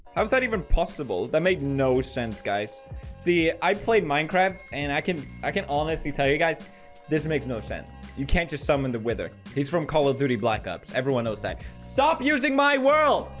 how's that even possible that made no sense guys see, i played minecraft and i can i can honestly tell you guys this makes no sense you can't just summon the withered he's from call of duty black ops. everyone knows that stop using my world.